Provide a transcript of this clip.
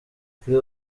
kuri